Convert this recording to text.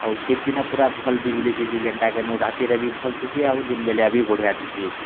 ଆଉ ଶୀତ୍ ଦିନେ ପୂରା ଭଲ୍ ବିଜଲି ଥିସି ଯେନଟା କିନୁ ରାତିରେ ବି ଭଲ୍ ଥିସି ଆଉ ଦିନ୍ ବେଲିଆ ବି ବଢ଼ିଆ ଥିସି